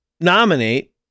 nominate